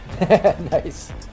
Nice